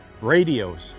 radios